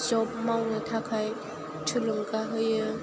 जब मावनो थाखाय थुलुंगा होयो थुलुंगा होयो